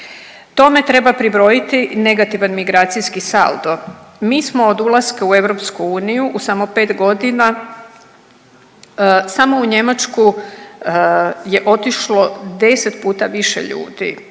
Tome treba pribrojiti negativan migracijski saldo, mi smo od ulaska u EU u samo 5 godina samo u Njemačku je otišlo 10 puta više ljudi,